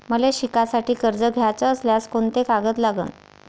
मले शिकासाठी कर्ज घ्याचं असल्यास कोंते कागद लागन?